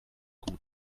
gut